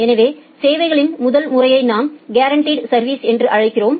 எனவே சேவைகளின் முதல் முறையை நாம் கேரன்டிட் சா்விஸ் என்று அழைக்கிறோம்